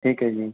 ਠੀਕ ਹੈ ਜੀ